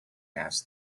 asked